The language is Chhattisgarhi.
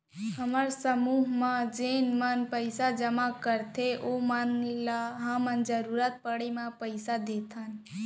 हमर समूह म जेन मन पइसा जमा करथे ओमन ल हमन जरूरत पड़े म पइसा देथन